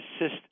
assist